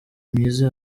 myiza